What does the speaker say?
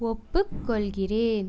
ஒப்புக்கொள்கிறேன்